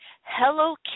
Hello